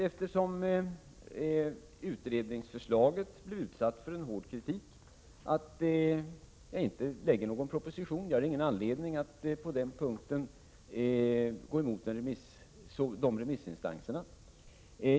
Eftersom utredningsförslaget blev utsatt får hård kritik, kommer jag inte att lägga fram någon proposition. Jag har ingen anledning att på den punkten gå emot remissinstanserna.